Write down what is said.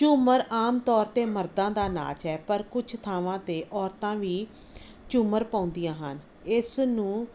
ਝੁੰਮਰ ਆਮ ਤੌਰ 'ਤੇ ਮਰਦਾਂ ਦਾ ਨਾਚ ਹੈ ਪਰ ਕੁਝ ਥਾਵਾਂ 'ਤੇ ਔਰਤਾਂ ਵੀ ਝੁੰਮਰ ਪਾਉਂਦੀਆਂ ਹਨ ਇਸ ਨੂੰ